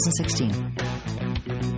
2016